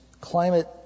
climate